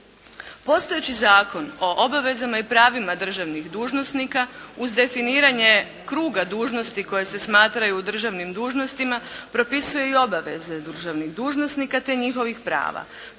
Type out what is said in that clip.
Postojeći Zakon o obavezama i pravima državnih dužnosnika uz definiranje kruga dužnosti koje se smatraju državnim dužnostima, propisuje i obaveze državnih dužnosnika te njihovih prava